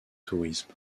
tourisme